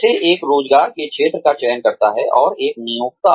कैसे एक रोज़गार के क्षेत्र का चयन करता है और एक नियोक्ता